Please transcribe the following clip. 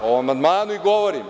O amandmanu i govorim.